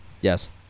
Yes